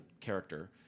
character